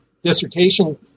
Dissertation